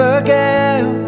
again